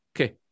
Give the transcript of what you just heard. okay